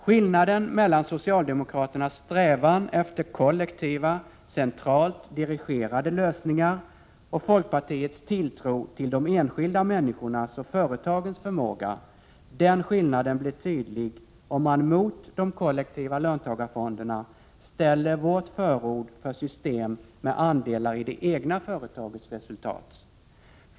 Skillnaden mellan socialdemokraternas strävan efter kollektiva, centralt dirigerade lösningar och folkpartiets tilltro till de enskilda människornas och företagens förmåga blir tydlig, om man mot de kollektiva löntagarfonderna ställer vårt förord för system med andelar i det egna företagets resultat.